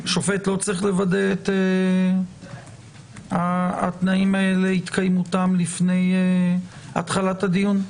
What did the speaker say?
שופט לא צריך לוודא את התקיימות התנאים האלה לפני תחילת הדיון?